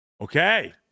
okay